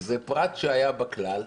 זה פרט שהיה בכלל,